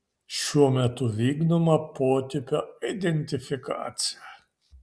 šiuo metu vykdoma potipio identifikacija